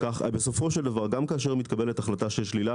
בסופו של דבר גם כאשר מתקבלת החלטה על שלילה,